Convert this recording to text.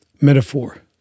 metaphor